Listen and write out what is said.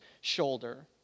shoulder